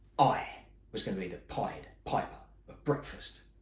i was going to be the pied piper of breakfast.